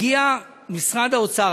הגיע משרד האוצר,